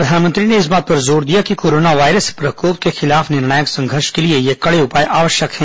प्रधानमंत्री ने इस बात पर जोर दिया कि कोरोना वायरस प्रकोप के खिलाफ निर्णायक संघर्ष के लिए ये कड़े उपाय आवश्यक हैं